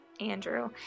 Andrew